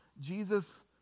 Jesus